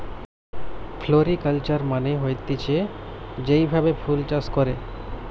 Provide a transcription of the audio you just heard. floriculture মানে হতিছে যেই ভাবে ফুল চাষ করে